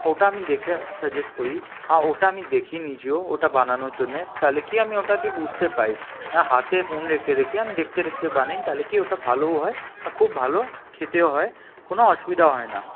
ওটা আমি দেখে সাজেস্ট করি আর ওটা আমি দেখি নিজেও ওটা বানানোর জন্যে তাহলে কি আমি ওটা দিয়ে বুঝতে পাই হাতে ফোন রেখে আমি দেখতে দেখতে বানাই তাহলে কি ওটা ভালোও হয় আর খুব ভালো খেতেও হয় কোনো অসুবিধা হয় না